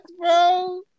bro